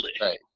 Right